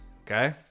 Okay